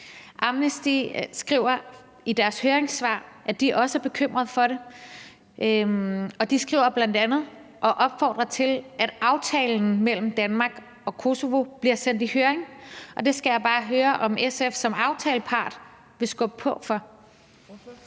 Amnesty skriver i deres høringssvar, at de også er bekymret for det, og de skriver bl.a. og opfordrer til, at aftalen mellem Danmark og Kosovo bliver sendt i høring. Det skal jeg bare høre om SF som aftalepart vil skubbe på for.